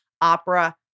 Opera